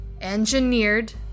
engineered